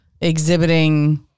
exhibiting